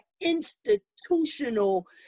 institutional